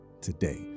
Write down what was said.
today